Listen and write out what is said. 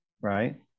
right